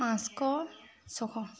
পাঁচশ ছশ